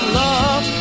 love